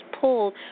pulled